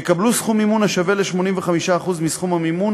יקבלו סכום מימון השווה ל-85% מסכום המימון